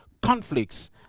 conflicts